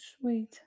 sweet